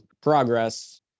progress